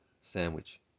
sandwich